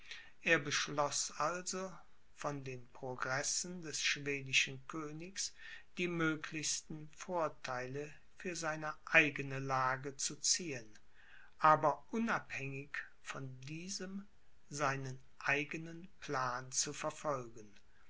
er beschloß also von den progressen des schwedischen königs die möglichsten vortheile für seine eigene lage zu ziehen aber unabhängig von diesem seinen eigenen plan zu verfolgen